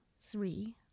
three